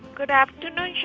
good afternoon